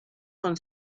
con